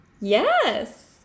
yes